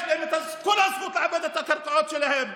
יש להם את כל הזכות לעבד את הקרקעות שלהם.